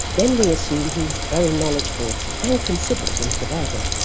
then we assume he is very knowledgeable, and considerate into the bargain.